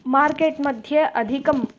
market मध्ये अधिकम्